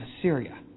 Assyria